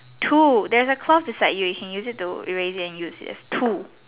two there's a cloth beside you you can use it and erase it and use it as two